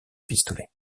pistolet